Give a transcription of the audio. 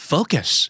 Focus